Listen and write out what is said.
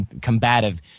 combative